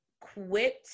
quit